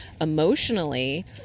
emotionally